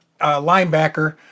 linebacker